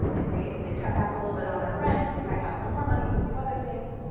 if they if they cut back a little bit on their rent, they might have some more money to do other things,